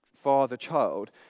father-child